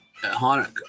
Hanukkah